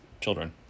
children